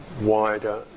wider